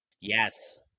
Yes